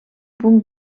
punt